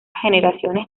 generaciones